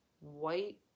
White